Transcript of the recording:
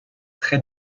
très